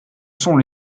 sont